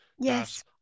Yes